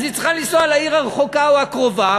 אז היא צריכה לנסוע לעיר הרחוקה או הקרובה,